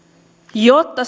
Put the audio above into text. jotta